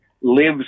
lives